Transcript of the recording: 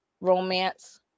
romance